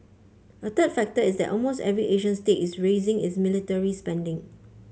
a third factor is that almost every Asian state is raising its military spending